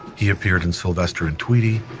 he appeared in sylvester and tweety,